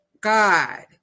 God